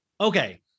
Okay